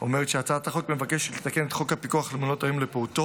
אומרת שהצעת החוק מבקשת לתקן את חוק הפיקוח על מעונות היום לפעוטות,